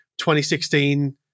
2016